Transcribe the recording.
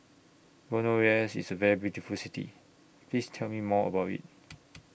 Buenos Aires IS A very beautiful City Please Tell Me More about IT